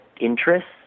interests